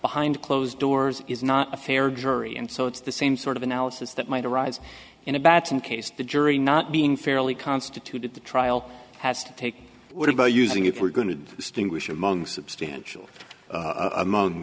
behind closed doors is not a fair jury and so it's the same sort of analysis that might arise in a baton case the jury not being fairly constituted the trial has to take what about using if we're going to sting wish among substantial among